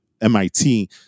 MIT